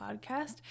podcast